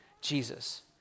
Jesus